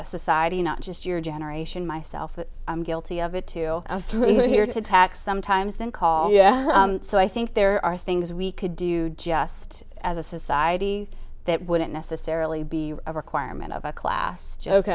a society not just your generation myself i'm guilty of it too asleep here to attack sometimes than call yeah so i think there are things we could do just as a society that wouldn't necessarily be a requirement of a class joke